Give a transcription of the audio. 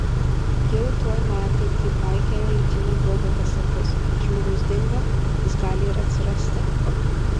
jau tuoj metai kai baikerio likimą gaubia paslaptis žmogus dingo jis gali ir atsirasti